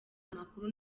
amakuru